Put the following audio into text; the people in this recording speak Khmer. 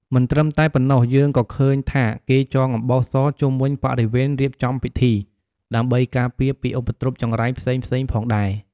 មិនត្រឹមតែប៉ុណ្ណោះ យើងក៏ឃើញថាគេចងអំបោះសជុំវិញបរិវេណរៀបចំពិធី ដើម្បីការពារពីឧបទ្រពចង្រៃផ្សេងៗផងដែរ។